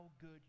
good